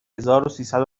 هزاروسیصد